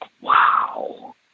wow